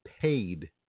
paid